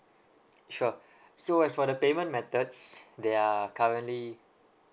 sure so as for the payment methods there are currently